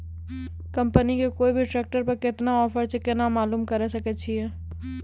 Company के कोय भी ट्रेक्टर पर केतना ऑफर छै केना मालूम करऽ सके छियै?